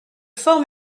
fort